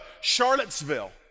Charlottesville